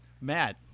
Matt